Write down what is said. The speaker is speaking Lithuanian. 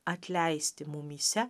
atleisti mumyse